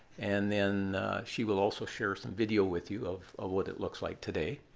and then she will also share some video with you of of what it looks like today.